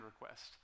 request